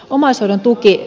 omaishoidon tuki